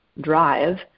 drive